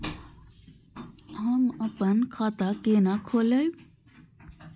हम अपन खाता केना खोलैब?